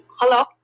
Hello